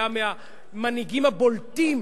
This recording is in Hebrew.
שהיה מהמנהיגים הבולטים,